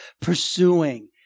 pursuing